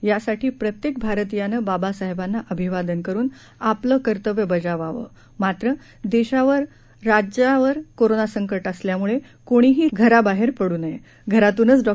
यासाठी प्रत्येक भारतीयानं बाबासाहेबांना अभिवादन करुन आपले कर्तव्य बजावावं मात्र देशासह राज्यावर कोरोना संकट असल्यामुळे कोणीही घराबाहेर पडू नये घरातूनच डॉ